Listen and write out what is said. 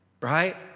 right